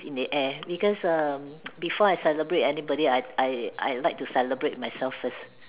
in the air because err before I celebrate anybody I I I like to celebrate myself first